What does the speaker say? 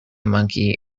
monkey